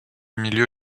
milieu